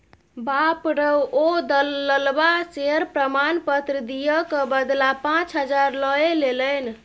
बाप रौ ओ दललबा शेयर प्रमाण पत्र दिअ क बदला पाच हजार लए लेलनि